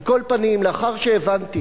על כל פנים, לאחר שהבנתי